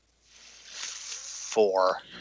four